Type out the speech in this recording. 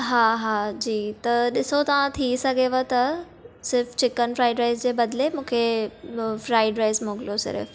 हा हा जी त ॾिसो तव्हां थी सघेव त सिर्फ़ुचिकन फ्राइड राइस जे बदले मूंखे फ्राइड राइस मोकिलियो सिर्फ़ु